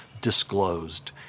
disclosed